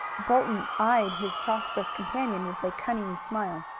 bolton eyed his prosperous companion with a cunning smile.